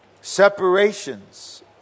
Separations